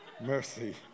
Mercy